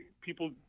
people